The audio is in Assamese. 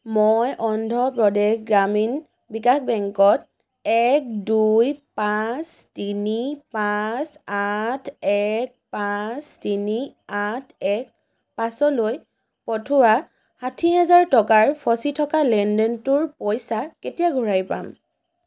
মই অন্ধ্র প্রদেশ গ্রামীণ বিকাশ বেংকত এক দুই পাঁচ তিনি পাঁচ আঠ এক পাঁচ তিনি আঠ এক পাঁচলৈ পঠিওৱা ষাঠি হাজাৰ টকাৰ ফচি থকা লেনদেনটোৰ পইচা কেতিয়া ঘূৰাই পাম